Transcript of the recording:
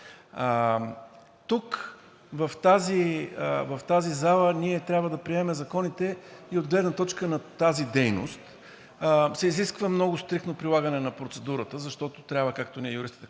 Тук, в тази зала, ние трябва да приемаме законите и от гледна точка на тази дейност, за което се изисква много стриктно прилагане на процедурата. Защото трябва, както ние юристите